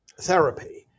therapy